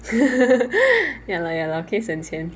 ya lah ya 可以省钱